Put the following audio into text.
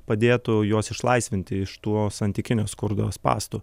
padėtų juos išlaisvinti iš tų santykinio skurdo spąstų